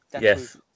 Yes